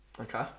Okay